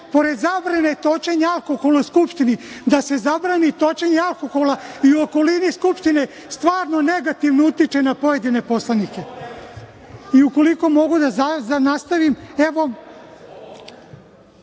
pored zabrane točenja alkohola u Skupštini, da se zabrani točenje alkohola i u okolini Skupštine, stvarno negativno utiče na pojedine poslanike. Ukoliko mogu da nastavim…(Aleksandar